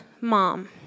mom